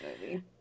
movie